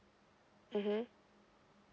mmhmm